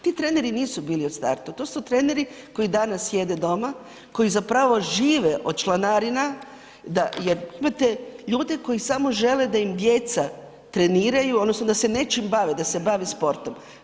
Ti treneri nisu bili u startu, to su treneri koji danas sjede doma, koji zapravo žive od članarina da, jer imate ljudi koji samo žele da im djeca treniraju odnosno da se nečim bave, da se bave sportom.